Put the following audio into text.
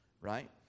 Right